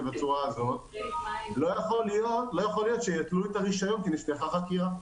בצורה הזאת לא יכול להיות שיתלו את הרישיון כי נפתחה חקירה.